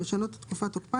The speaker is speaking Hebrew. או לשנות את תקופת תוקפן,